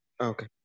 okay